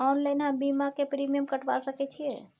Online हम बीमा के प्रीमियम कटवा सके छिए?